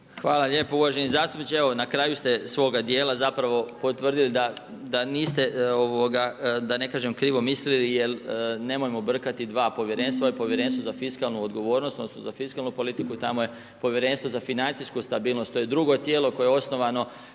Hvala lijepo uvaženi zastupniče. Evo na kraju ste svoga djela zapravo potvrdili da niste, da ne kažem krivo mislili jer nemojmo brkati dva povjerenstva. Ovo je povjerenstvo za fiskalnu odgovornost, odnosno za fiskalnu politiku, tamo je povjerenstvo za financijsku stabilnost. To je drugo tijelo koje je osnovano